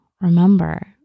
remember